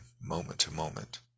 moment-to-moment